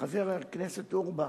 חבר הכנסת אורבך,